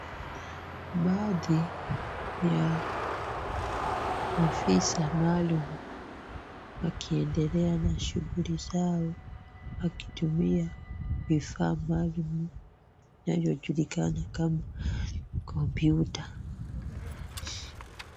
Baadhi ya afisa maalum wakiendelea na shughuli zao wakitumia vifaa maalum vinavyojulikana kama kompyuta.